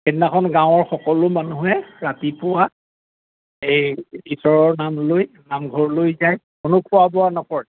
সেইদিনাখন গাঁৱৰ সকলো মানুহে ৰাতিপুৱা এই ঈশ্বৰৰ নাম লৈ নামঘৰলৈ যায় কোনো খোৱা বোৱা নকৰে